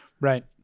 Right